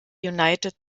united